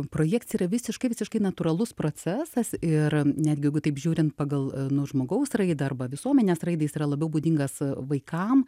projekcija yra visiškai visiškai natūralus procesas ir netgi jeigu taip žiūrint pagal nu žmogaus raidą arba visuomenės raidai jis yra labiau būdingas vaikam